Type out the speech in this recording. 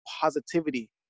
positivity